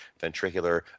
Ventricular